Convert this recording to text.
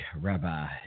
Rabbi